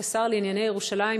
כשר לענייני ירושלים,